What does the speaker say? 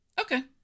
Okay